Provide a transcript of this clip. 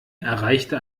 erreichte